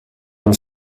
uns